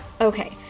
Okay